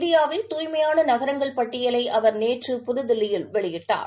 இந்தியாவில் தூய்மையான நகரங்கள் பட்டியலை அவர் நேற்று புதுதில்லியில் வெளியிட்டார்